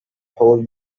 whole